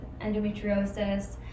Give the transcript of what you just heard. endometriosis